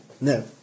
No